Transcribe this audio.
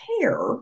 care